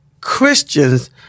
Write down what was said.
Christians